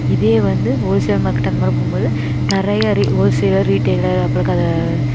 இதே வந்து wholesale market அந்த மாதிரி போகும்போது நிறைய ஹோல்சேலர் ரிடெய்லர் அப்புறோம்